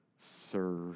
serve